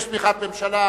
יש תמיכת הממשלה,